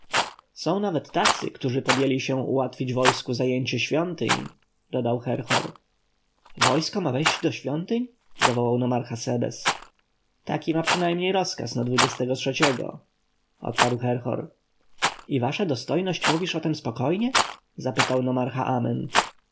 są nawet tacy którzy podjęli się ułatwić wojsku zajęcie świątyń dodał herhor wojsko ma wejść do świątyń zawołał nomarcha sebes taki ma przynajmniej rozkaz na dwudziestego trzeciego odparł herhor i wasza dostojność mówisz o tem spokojnie zapytał nomarcha